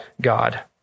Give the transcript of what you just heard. God